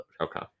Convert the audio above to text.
Okay